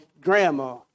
grandma